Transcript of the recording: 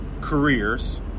careers